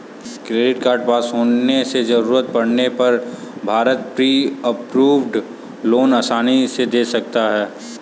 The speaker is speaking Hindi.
क्रेडिट कार्ड पास होने से जरूरत पड़ने पर बैंक प्री अप्रूव्ड लोन आसानी से दे देता है